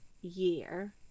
year